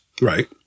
Right